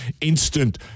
instant